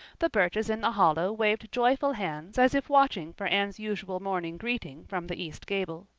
the birches in the hollow waved joyful hands as if watching for anne's usual morning greeting from the east gable.